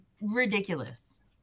ridiculous